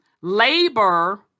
labor